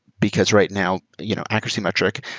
because right now, you know accuracy metric,